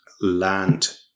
land